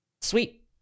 Sweet